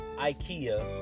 Ikea